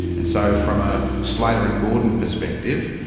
and so from a slater and gordon perspective,